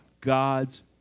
God's